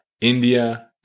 India